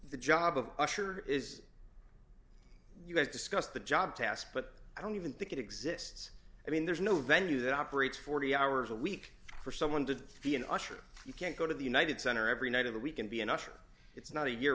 the job of usher is you have discussed the job tasks but i don't even think it exists i mean there's no venue that operates forty hours a week for someone to be an usher you can't go to the united center every night of the we can be an usher it's not a year